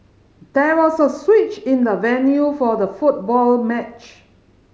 there was a switch in the venue for the football match